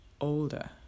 older